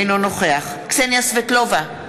אינו נוכח קסניה סבטלובה,